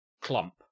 clump